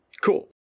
cool